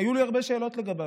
היו לי הרבה שאלות לגביו,